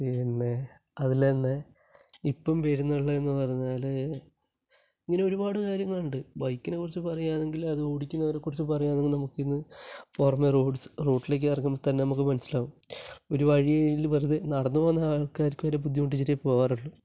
പിന്നെ അതിൽ തന്നെ ഇപ്പം വരുന്നുള്ളതെന്ന് പറഞ്ഞാൽ ഇങ്ങനെ ഒരുപാട് കാര്യങ്ങളുണ്ട് ബൈക്കിനെ കുറിച്ച് പറയാനാണെങ്കില് അത് ഓടിക്കുന്നവരെ കുറിച്ച് പറയുവാണെങ്കിൽ നമുക്ക് ഇന്ന് പുറമേ റോഡ്സ് റോട്ടിലേക്ക് ഇറങ്ങുമ്പം തന്നെ നമുക്ക് മനസിലാവും ഒരു വഴിയില് വെറുതെ നടന്നു പോകുന്ന ആൾക്കാർക്കു വരെ ബുദ്ധിമുട്ടിച്ചേ പോകാറുള്ളൂ